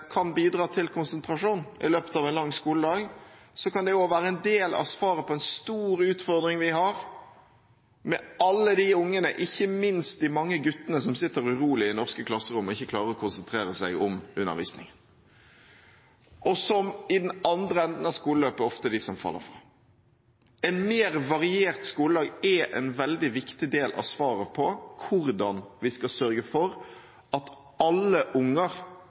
kan bidra til konsentrasjon i løpet av en lang skoledag, kan det også være en del av svaret på en stor utfordring vi har med alle de ungene – ikke minst de mange guttene – som sitter urolig i norske klasserom og ikke klarer å konsentrere seg om undervisningen, og som i den andre enden av skoleløpet ofte er de som faller fra. En mer variert skoledag er en veldig viktig del av svaret på hvordan vi skal sørge for at alle unger,